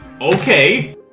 Okay